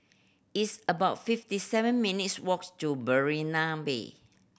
it's about fifty seven minutes' walks to Berrima Bay